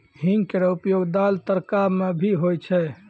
हींग केरो उपयोग दाल, तड़का म भी होय छै